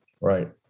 Right